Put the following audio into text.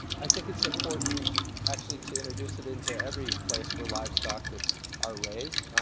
i think it's important, actually, to introduce it into every place where livestock are raised.